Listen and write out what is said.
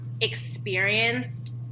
experienced